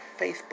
Facebook